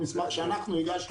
או 2.8% כמו במסמך שאנחנו הגשנו,